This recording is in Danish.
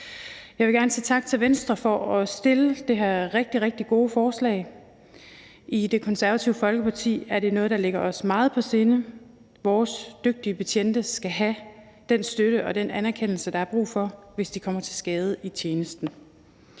Jeg vil gerne sige tak til Venstre for at fremsætte det her rigtig, rigtig gode forslag. I Det Konservative Folkeparti er det noget, der ligger os meget på sinde. Vores dygtige betjente skal have den støtte og den anerkendelse, der er brug for, hvis de kommer til skade i tjenesten.